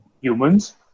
humans